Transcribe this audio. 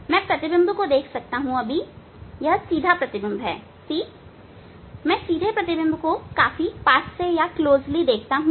मैं प्रतिबिंब देख सकता हूं सीधा प्रतिबिंब देख सकता हूं मैं सीधे प्रतिबिंब को काफी करीब से देख सकता हूं